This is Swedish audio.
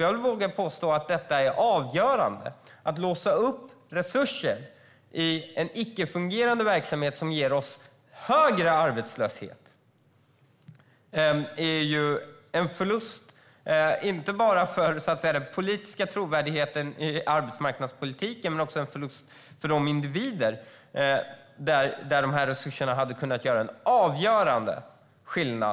Jag vågar påstå att detta är avgörande. Att låsa resurser i en icke fungerande verksamhet som ger oss högre arbetslöshet är en förlust inte bara för den politiska trovärdigheten i arbetsmarknadspolitiken utan också för de individer för vilka dessa resurser hade kunnat innebära en avgörande skillnad.